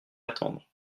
attendre